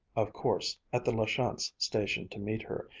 of course, at the la chance station to meet her,